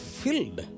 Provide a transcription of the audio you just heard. filled